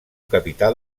capità